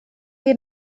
wir